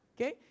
Okay